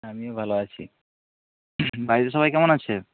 আমিও ভালো আছি বাড়িতে সবাই কেমন আছে